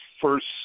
first